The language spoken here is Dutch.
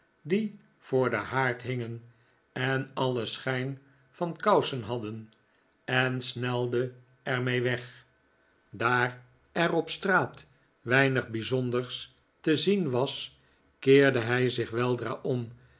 die voor den haard hingen en alien schijn van kousen bij juffrouw snevellicci thuis hadden en snelde er mee weg daar er op straat weinig bijzonders te zien was keerde hij zich weldra om